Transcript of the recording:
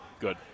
Good